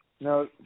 Now